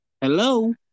Hello